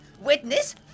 Witness